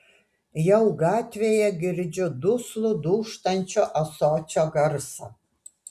jau gatvėje girdžiu duslų dūžtančio ąsočio garsą